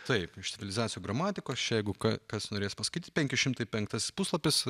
taip iš civilizacijų gramatikos čia jeigu ką kas norės paskaityti penki šimtai penktasis puslapis